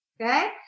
Okay